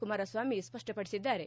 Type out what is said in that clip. ಕುಮಾರಸ್ವಾಮಿ ಸ್ಪಷ್ಟಪಡಿಸಿದ್ದಾರೆ